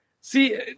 See